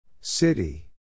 City